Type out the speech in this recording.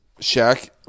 Shaq